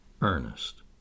Ernest